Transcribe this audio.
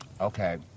Okay